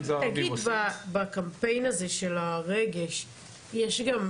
בקמפיין הזה של הרגש יש גם,